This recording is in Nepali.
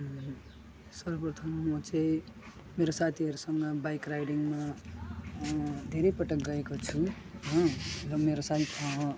सर्वप्रथम म चाहिँ मेरो साथीहरूसँङ बाइक राइडिङमा धेरै पटक गएको छु हो र मेरो सा